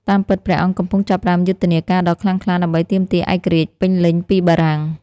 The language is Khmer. តាមពិត ព្រះអង្គកំពុងចាប់ផ្ដើមយុទ្ធនាការដ៏ខ្លាំងក្លាដើម្បីទាមទារឯករាជ្យពេញលេញពីបារាំង។